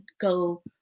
go